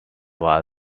was